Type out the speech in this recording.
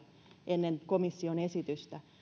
ennen komission esitystä